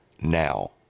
now